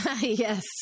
Yes